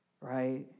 right